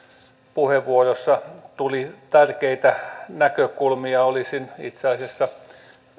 puheenvuorossa tuli tärkeitä näkökulmia olisin itse asiassa